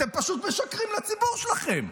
אתם פשוט משקרים לציבור שלכם,